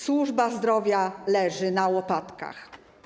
Służba zdrowia leży na łopatkach.